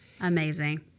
Amazing